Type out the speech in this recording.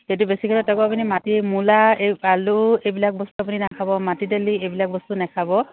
সেইটো বেছিকৈ তাৰপৰা আপুনি মাটি মূলা এই আলু এইবিলাক বস্তু আপুনি নাখাব মাটি দালি এইবিলাক বস্তু নাখাব